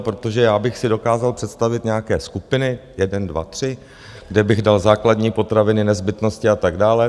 Protože já bych si dokázal představit nějaké skupiny jeden dva tři, kde bych dal základní potraviny, nezbytnosti a tak dále.